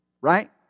Right